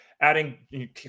Adding